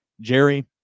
Jerry